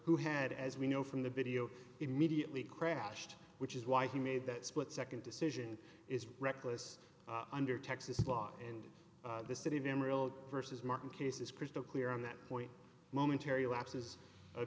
who had as we know from the video immediately crashed which is why he made that split nd decision and is reckless under texas law and the city of emerald versus martin case is crystal clear on that point momentary lapses